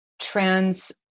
trans